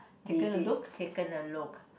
they did taken a look